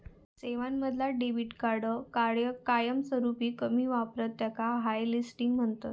सेवांमधना debit card कायमस्वरूपी कमी वापरतत त्याका हॉटलिस्टिंग म्हणतत